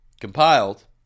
compiled